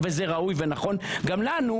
הנה,